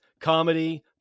comedy